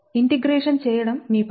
integration చేయడం మీ పని